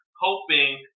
hoping